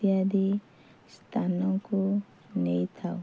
ଇତ୍ୟାଦି ସ୍ଥାନକୁ ନେଇଥାଉ